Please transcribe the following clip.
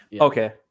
Okay